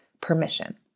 permission